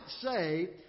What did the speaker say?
say